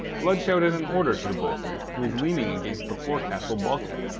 blood shouted an order to the bo'sun, who was leaning against the forecastle bulkhead.